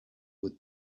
with